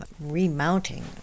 remounting